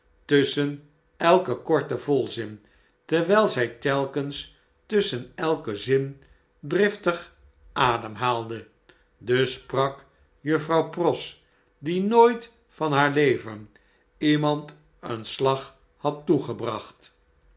tusschen elken korten volzin terwfll zij telkens tusschen elken zin driftig ademhaalde dus sprak juffrouw pross die nooit van haar leven iemand een slag had toegebracht